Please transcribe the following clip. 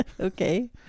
Okay